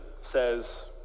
says